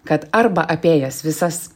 kad arba apėjęs visas